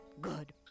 Good